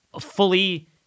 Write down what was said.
fully